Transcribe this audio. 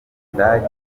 budage